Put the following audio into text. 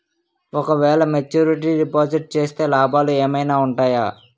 ఓ క వేల maturity deposit చేస్తే లాభాలు ఏమైనా ఉంటాయా?